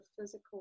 physical